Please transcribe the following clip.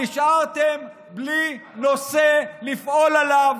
נשארתם בלי נושא לפעול עליו,